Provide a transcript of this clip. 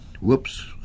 whoops